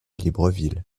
libreville